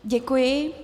Děkuji.